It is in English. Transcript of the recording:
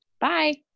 Bye